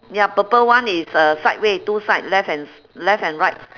ya purple one is uh side way two side left and s~ left and right s~